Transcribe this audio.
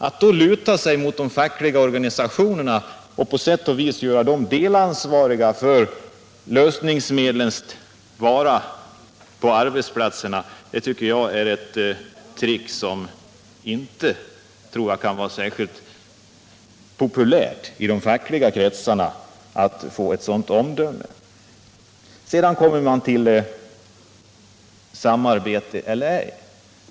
Att då luta sig mot de fackliga organisationerna och på sätt och vis göra dem delansvariga för att lösningsmedlen finns på arbetsplatserna tycker jag bara är ett trick, och det kan inte vara särskilt populärt i fackliga kretsar att få höra ett sådant uttalande. Sedan kommer vi till frågan om samarbete eller inte.